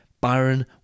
Byron